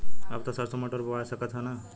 अब त सरसो मटर बोआय सकत ह न?